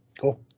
cool